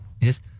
Yes